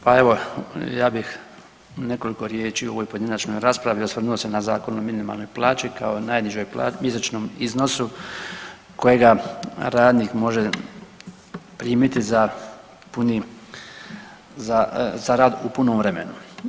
Pa evo ja bih nekoliko riječi u ovoj pojedinačnoj raspravi osvrnuo se na Zakon o minimalnoj plaći kao najnižem mjesečnom iznosu kojega radnik može primiti za puni, za rad u punom vremenu.